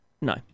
No